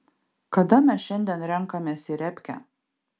kada mes šiandien renkamės į repkę